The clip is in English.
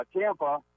Tampa